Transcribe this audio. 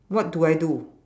what do I do